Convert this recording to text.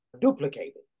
duplicated